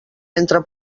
mentre